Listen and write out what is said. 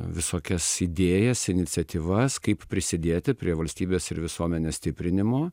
visokias idėjas iniciatyvas kaip prisidėti prie valstybės ir visuomenės stiprinimo